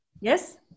Yes